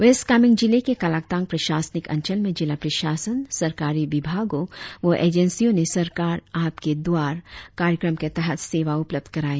waste Kameng जिले के कालाकतांग प्रशासनिक अंचल में जिला प्रशासन सरकारी विभागों व एजेंसियों ने सरकार आपके द्वार कार्यक्रम के तहत सेवा उपलब्ध कराई